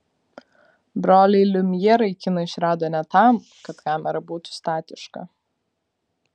broliai liumjerai kiną išrado ne tam kad kamera būtų statiška